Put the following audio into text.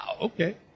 okay